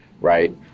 right